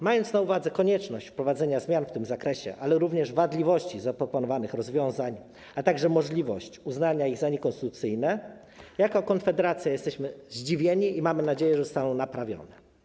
Mając na uwadze konieczność wprowadzenia zmian w tym zakresie, jak również wadliwość zaproponowanych rozwiązań, a także możliwość uznania ich za niekonstytucyjne, jako Konfederacja jesteśmy zdziwieni i mamy nadzieję, że zostaną one naprawione.